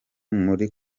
muri